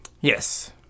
Yes